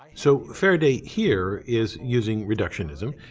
so faraday here is using reductionism.